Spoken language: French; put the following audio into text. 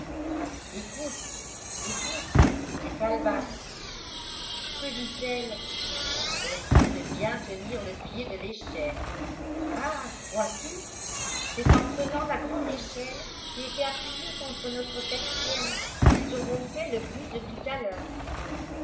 écoute écoute c'est calebasse que dit-elle elle dit de bien tenir le pied de l'échelle ah vois-tu c'est en prenant la grande échelle qui était appuyée contre notre persienne qu'ils auront fait le bruit de tout à l'heure